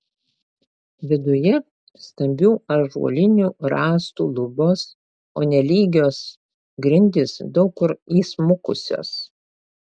viduje stambių ąžuolinių rąstų lubos o nelygios grindys daug kur įsmukusios